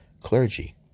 clergy